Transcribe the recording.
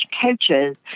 coaches